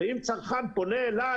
ואם צרכן פונה אליי,